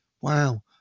wow